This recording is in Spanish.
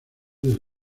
del